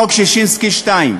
חוק ששינסקי 2,